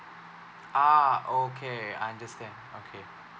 ah okay I understand okay